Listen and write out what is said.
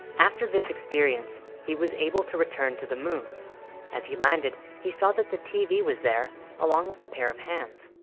after this experience he was able to return to the moon as he landed he saw that the tv was there along with a pair of hands.